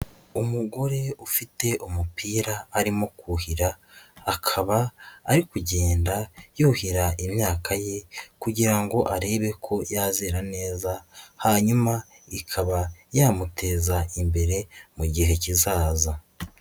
Umugore ufite umupira arimo kuhira, akaba ari kugenda yuhira imyaka ye kugira ngo arebe ko yazera neza hanyuma ikaba yamuteza imbere mu gihe kizaza.